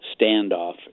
standoff